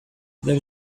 there